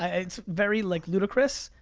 ah it's very like ludicrous.